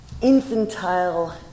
infantile